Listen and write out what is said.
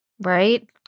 Right